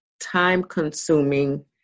time-consuming